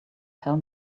tell